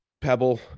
Pebble